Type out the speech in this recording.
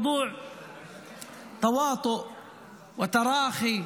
אדוני היושב-ראש,